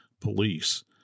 police